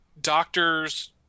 Doctors